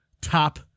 top